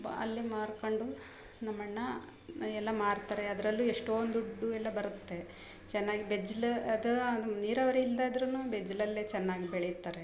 ಅಲ್ಲೇ ಮಾರ್ಕೊಂಡು ನಮ್ಮ ಅಣ್ಣ ಎಲ್ಲ ಮಾರ್ತಾರೆ ಅದರಲ್ಲು ಎಷ್ಟೊಂದು ದುಡ್ಡು ಎಲ್ಲ ಬರುತ್ತೆ ಚೆನ್ನಾಗಿ ಬೆಜ್ಲ ಅದು ನಮ್ಗೆ ನೀರಾವರಿ ಇಲ್ಲದೇ ಇದ್ರೂ ಬೆಜ್ಲಲ್ಲೇ ಚೆನ್ನಾಗಿ ಬೆಳೀತಾರೆ